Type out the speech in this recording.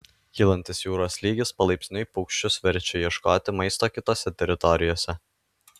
kylantis jūros lygis palaipsniui paukščius verčia ieškoti maisto kitose teritorijose